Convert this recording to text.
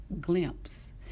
glimpse